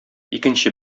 икенче